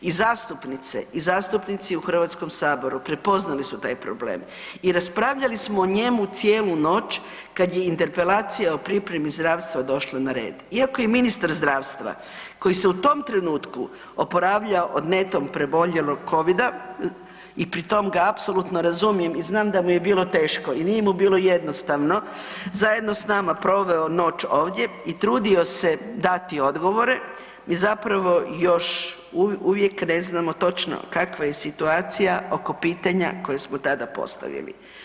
I zastupnice i zastupnici u Hrvatskom saboru, prepoznali su taj problem i raspravljali smo o njemu cijelu noć kad je interpelacija o pripremi zdravstva došla red iako je ministar zdravstva koji se u tom trenutku oporavljao od netom preboljelog COVID-a i pri tom ga apsolutno razumijem i znam da mu je bilo teško i nije mu bilo jednostavno, zajedno s nama proveo noć ovdje i trudio se dati odgovore i zapravo još uvijek ne znamo točno kakva je situacija oko pitanja koje smo tada postavili.